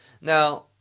now